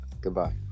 Goodbye